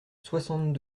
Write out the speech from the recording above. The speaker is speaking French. soixante